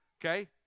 Okay